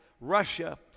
Russia